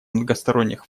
многосторонних